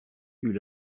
eût